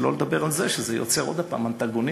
שלא לדבר על זה שזה יוצר עוד פעם אנטגוניזם.